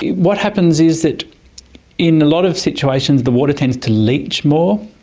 what happens is that in a lot of situations the water tends to leach more.